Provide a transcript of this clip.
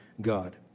God